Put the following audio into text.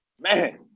Man